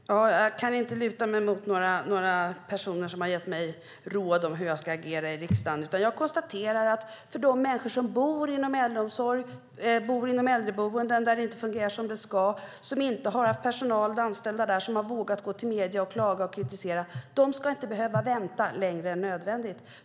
Fru talman! Jag kan inte luta mig mot några som har gett mig råd om hur jag ska agera i riksdagen. De människor som bor på äldreboenden där det inte fungerar som det ska och som inte har haft personal där som har vågat gå till medierna och klaga och kritisera ska inte behöva vänta längre än nödvändigt.